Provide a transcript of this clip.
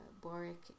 Boric